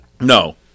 no